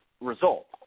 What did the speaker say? result